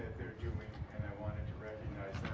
they're doing and i wanted to recognize